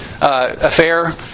affair